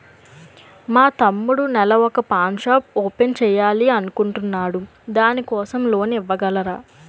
మా తమ్ముడు నెల వొక పాన్ షాప్ ఓపెన్ చేయాలి అనుకుంటునాడు దాని కోసం లోన్ ఇవగలరా?